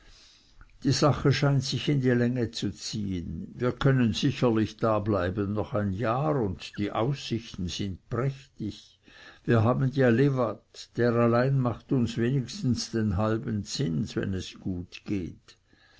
die sache scheint sich in die länge zu ziehen wir können sicherlich dableiben noch ein jahr und die aussichten sind prächtig wir haben ja lewat der alleine macht uns wenigstens den halben zins wenn es gut geht